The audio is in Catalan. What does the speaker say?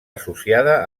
associada